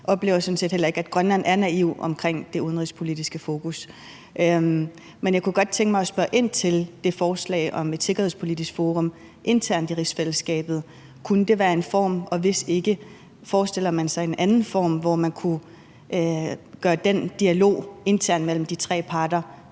Jeg oplever sådan set heller ikke, at Grønland er naiv i forhold til det udenrigspolitiske fokus. Men jeg kunne godt tænke mig at spørge ind til det forslag om et sikkerhedspolitisk forum internt i rigsfællesskabet. Kunne det være en form, og hvis ikke, forestiller man sig så en anden form, hvor man kunne gøre den dialog internt mellem de tre parter,